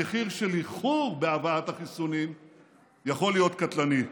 המחיר של איחור בהבאת החיסונים יכול להיות קטלני.